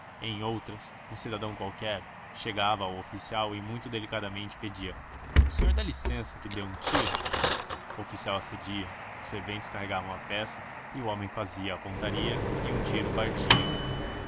em outras um cidadão qualquer chegava ao oficial e muito delicadamente pedia o senhor dá licença que dê um tiro o oficial acedia os serventes carregavam a peça e o homem fazia a pontaria e um tiro partia